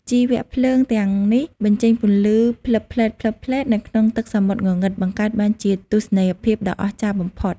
ជីវភ្លើងទាំងនេះបញ្ចេញពន្លឺភ្លឹបភ្លែតៗនៅក្នុងទឹកសមុទ្រងងឹត បង្កើតបានជាទស្សនីយភាពដ៏អស្ចារ្យបំផុត។